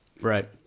right